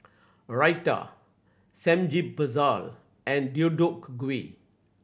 Raita Samgyeopsal and Deodeok Gui